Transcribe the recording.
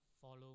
follow